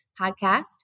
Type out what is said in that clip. podcast